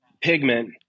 pigment